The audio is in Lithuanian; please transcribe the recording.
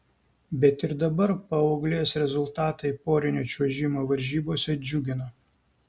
bet ir dabar paauglės rezultatai porinio čiuožimo varžybose džiugina